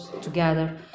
together